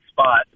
spot